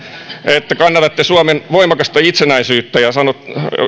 että kannatatte suomen voimakasta itsenäisyyttä ja edustaja